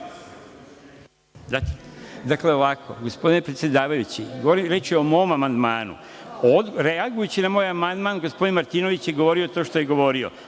Dakle, gospodine predsedavajući govoriću o mom amandmanu. Reagujući na moj amandman gospodin Martinović je govorio, to što je govorio.